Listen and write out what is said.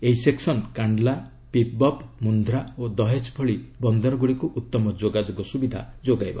ଏହି ସେକ୍ନନ୍ କାଣ୍ଡଲା ପିପ୍ବବ୍ ମୁନ୍ଧ୍ରା ଓ ଦହେକ୍ ଭଳି ବନ୍ଦରଗ୍ରଡ଼ିକୁ ଉତ୍ତମ ଯୋଗାଯୋଗ ସ୍ତବିଧା ଯୋଗାଇବ